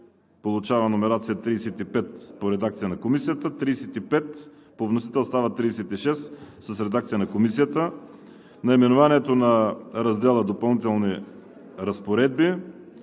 получава номерация § 35 – в редакция на Комисията; § 35 по вносител става § 36 – в редакция на Комисията; наименованието на раздел „Допълнителни разпоредби“;